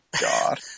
God